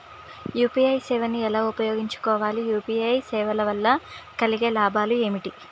UPI సేవను ఎలా ఉపయోగించు కోవాలి? యూ.పీ.ఐ సేవల వల్ల కలిగే లాభాలు ఏమిటి?